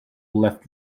left